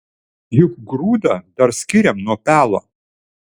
juk grūdą dar skiriam nuo pelo